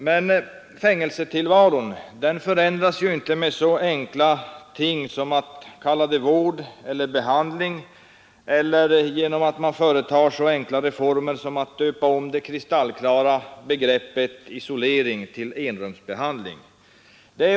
Men fängelsetillvaron förändras ju inte med så enkla ting som att man talar om ”vård” eller ”behandling” eller genom att man företar så enkla reformer som att döpa om det kristallklara begreppet ”isolering” till ”enrumsbehandling”.